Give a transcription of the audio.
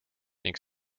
ning